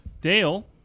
Dale